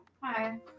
hi